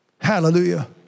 Hallelujah